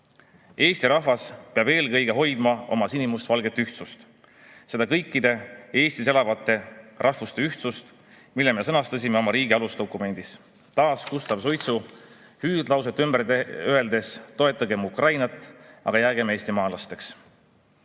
Eesti rahvas peab eelkõige hoidma oma sinimustvalget ühtsust, seda kõikide Eestis elavate rahvuste ühtsust, mille me sõnastasime oma riigi alusdokumendis. Taas Gustav Suitsu hüüdlauset ümber öeldes: "Toetagem Ukrainat, aga jäägem eestimaalasteks!"